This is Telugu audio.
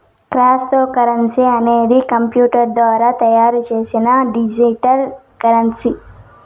క్రిప్తోకరెన్సీ అనేది కంప్యూటర్ ద్వారా తయారు చేసిన డిజిటల్ కరెన్సీ